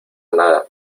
nada